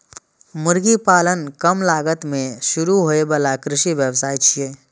मुर्गी पालन कम लागत मे शुरू होइ बला कृषि व्यवसाय छियै